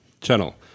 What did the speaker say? channel